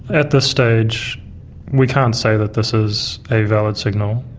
at this stage we can't say that this is a valid signal.